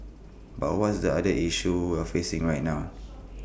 but what is the other issue we're facing right now